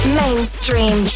mainstream